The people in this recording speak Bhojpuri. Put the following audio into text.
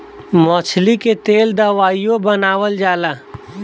मछली के तेल दवाइयों बनावल जाला